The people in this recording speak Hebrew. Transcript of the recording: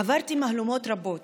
עברתי מהלומות רבות,